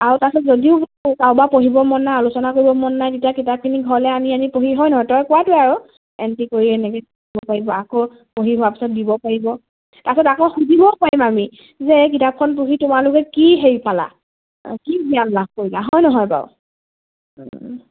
আৰু তাৰ পাছত যদিও কাৰোবাৰ পঢ়িব মন নাই আলোচনা কৰিব মন নাই তেতিয়া কিতাপখিনি ঘৰলে আনি আনি পঢ়ি হয় নহয় তই কোৱাটোৱেই আৰু এণ্ট্ৰি কৰি এনেই নিবও পাৰিব আকৌ পঢ়ি হোৱাৰ পিছত দিব পাৰিব তাৰপিছত আকৌ সুধিবও পাৰিম আমি যে কিতাপখন পঢ়ি তোমালোকে কি হেৰি পালা কি জ্ঞান লাভ কৰি হয় নহয় বাৰু